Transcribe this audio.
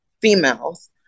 females